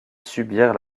subir